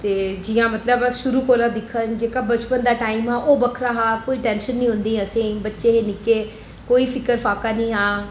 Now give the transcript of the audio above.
ते जियां मतलब शुरू कोला दिक्खा जेह्का बचपन दा टाइम ऐ ओह् बक्खरा हा कोई टेंशन नेई होंदी ही असेंगी बच्चे हे निक्के कोई फिक्र फाका नेईं हा